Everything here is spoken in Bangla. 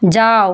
যাও